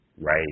Right